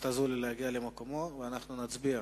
נצביע